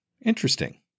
Interesting